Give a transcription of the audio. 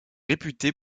réputée